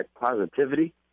positivity